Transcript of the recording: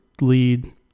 lead